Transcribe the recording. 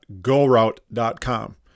goroute.com